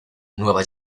nueva